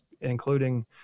including